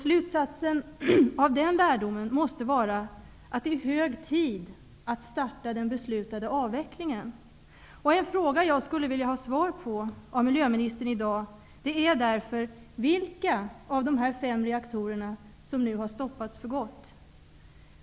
Slutsatsen av den lärdomen måste vara att det är hög tid att starta den beslutade avvecklingen. En fråga jag skulle vilja ha svar på av miljöministern i dag är därför vilka av dessa fem reaktorer som nu har stoppats för gott.